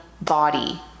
body